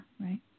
right